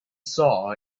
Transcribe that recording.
saw